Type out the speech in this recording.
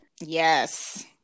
Yes